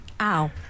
Ow